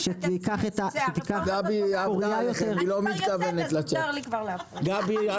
שתיקח את ה- -- אני כבר יוצאת אז מותר לי להפריע.